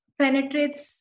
penetrates